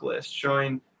showing